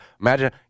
imagine